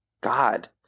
God